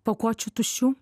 pakuočių tuščių